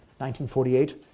1948